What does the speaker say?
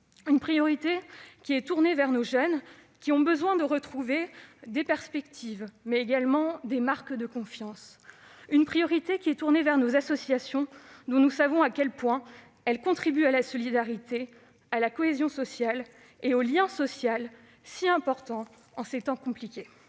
la priorité du moment, car nos jeunes ont besoin de retrouver des perspectives et des marques de confiance. La priorité, c'est aussi nos associations, dont nous savons à quel point elles contribuent à la solidarité, à la cohésion nationale et au lien social, si importants en ces temps compliqués.